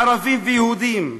ערבים ויהודים.